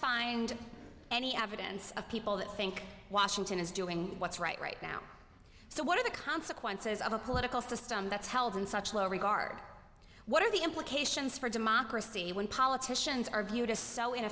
find any evidence of people that think washington is doing what's right right now so what are the consequences of a political system that's held in such low regard what are the implications for democracy when politicians are viewed as so i